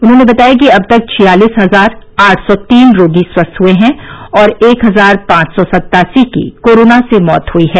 उन्होंने बताया कि अब तक छियालीस हजार आठ सौ तीन रोगी स्वस्थ हुए है और एक हजार पांच सौ सत्तासी की कोरोना से मौत हुई है